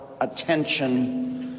attention